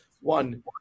One